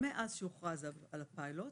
מאז שהוכרז על הפיילוט